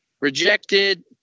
rejected